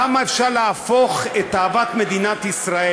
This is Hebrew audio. כמה אפשר להפוך את אהבת מדינת ישראל,